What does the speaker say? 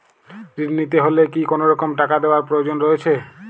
ঋণ নিতে হলে কি কোনরকম টাকা দেওয়ার প্রয়োজন রয়েছে?